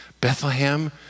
Bethlehem